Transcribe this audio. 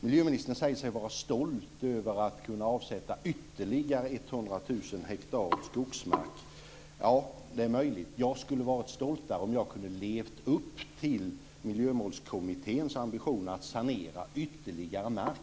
Miljöministern säger sig vara stolt över att kunna avsätta ytterligare 100 000 hektar skogsmark. Det är möjligt. Jag skulle ha varit stoltare om jag i stället hade levt upp till Miljömålskommitténs ambitioner att sanera ytterligare mark.